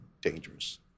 dangerous